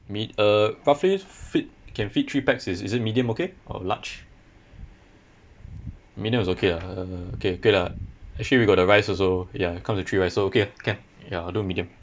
meat uh roughly feed can feed three pax is is it medium okay or large medium is okay ah uh okay okay lah actually we got the rice also ya it comes with three rice so okay lah can ya I'll do medium